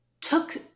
took